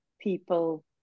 people